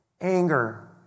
anger